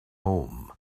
home